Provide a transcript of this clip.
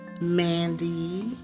Mandy